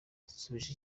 nsubije